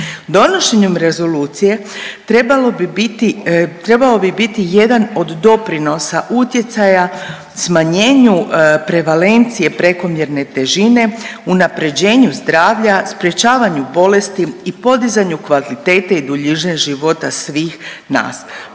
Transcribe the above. Donošenjem rezolucije trebao bi biti jedan od doprinosa utjecaja smanjenju prevalencije prekomjerne težine, unapređenju zdravlja, sprječavanju bolesti i podizanje kvalitete i duljine života svih nas,